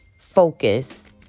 focus